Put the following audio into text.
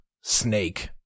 snake